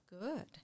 good